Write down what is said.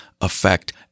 affect